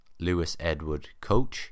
lewisedwardcoach